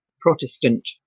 Protestant